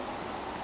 ya